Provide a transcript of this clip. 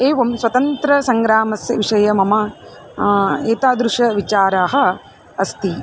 एवं स्वातन्त्र्यसङ्ग्रामस्य विषये मम एतादृशः विचारः अस्ति